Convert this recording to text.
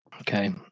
okay